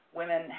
women